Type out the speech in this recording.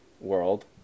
world